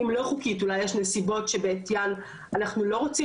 אם לא חוקית אולי יש נסיבות שבעטיין אנחנו לא רוצים